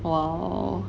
!wow!